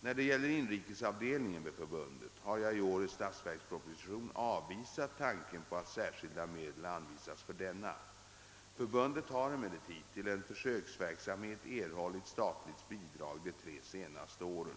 När det gäller inrikesavdelningen vid förbundet har jag i årets statsverksproposition avvisat tanken på att särskilda medel anvisas för denna. Förbundet har emellertid till en försöksverksamhet erhållit statligt bidrag de tre senaste åren.